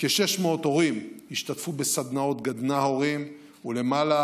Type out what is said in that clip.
כ-600 הורים השתתפו בסדנאות גדנ"ע הורים ולמעלה